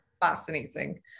fascinating